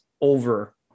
over